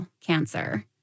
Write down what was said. cancer